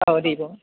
औ दे बुं